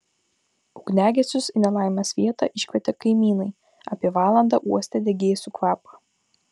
ugniagesius į nelaimės vietą iškvietė kaimynai apie valandą uostę degėsių kvapą